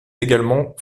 également